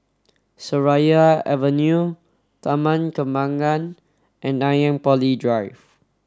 Seraya Avenue Taman Kembangan and Nanyang Poly Drive